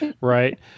Right